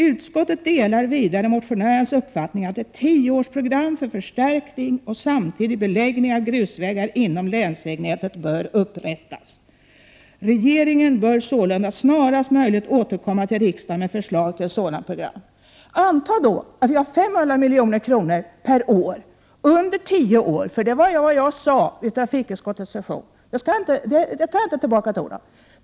Utskottet delar vidare motionärernas uppfattning att ett tioårsprogram för förstärkning och samtidig beläggning av grusvägar inom länsvägnätet bör upprättas. Regeringen bör sålunda snarast möjligt återkomma till riksdagen med förslag till ett sådant program.” Anta då att vi har 500 milj.kr. per år under tio år, det var nämligen vad jag sade i trafikutskottet. Det tar jag inte tillbaka.